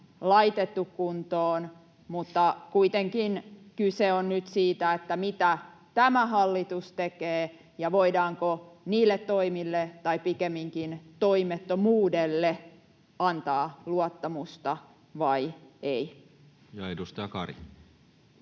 laitettu kuntoon, mutta kuitenkin kyse on nyt siitä, mitä tämä hallitus tekee ja voidaanko niille toimille tai pikemminkin toimettomuudelle antaa luottamusta vai ei. [Speech 244]